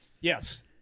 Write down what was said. yes